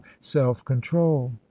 self-control